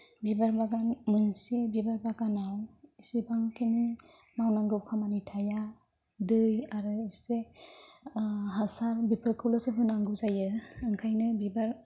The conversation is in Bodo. बिबार बागान मोनसे बिबार बागानाव इसेबां खिनि मावनांगौ खामानि थाया दै आरो एसे हासार बेफोरखौल'सो होनांगौ जायो ओंखायनो बिबार